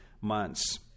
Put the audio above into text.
months